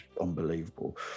unbelievable